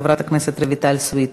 חברת הכנסת רויטל סויד,